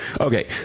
Okay